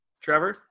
Trevor